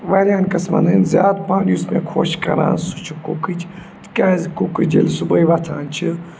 واریاہَن قٕسمَن ہٕنٛدۍ زیادٕ پَہن یُس مےٚ خۄش کَران سُہ چھُ کُکٕج تِکیازِ کُکٕج ییٚلہِ صُبحٲے وۄتھان چھِ